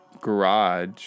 garage